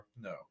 no